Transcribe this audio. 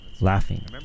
laughing